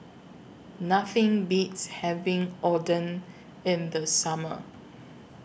Nothing Beats having Oden in The Summer